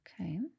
Okay